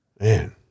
Man